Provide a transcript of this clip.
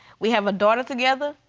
we have a daughter together.